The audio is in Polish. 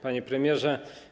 Panie Premierze!